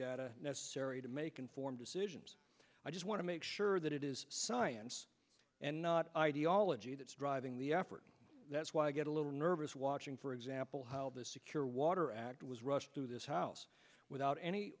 data necessary to make informed decisions i just want to make sure that it is science and not ideology that's driving the effort that's why i get a little nervous watching for example how the secure water act was rushed through this house without any